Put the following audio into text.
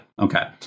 Okay